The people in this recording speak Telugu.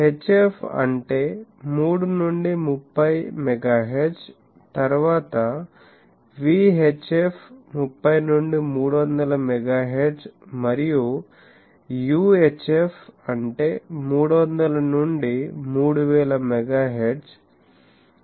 హెచ్ఎఫ్ అంటే 3 నుండి 30 MHz తరువాత వీహెచ్ఎఫ్ 30 నుండి 300 MHz మరియు యుహెచ్ఎఫ్ అంటే 300 నుండి 3000 MHz 300 MHz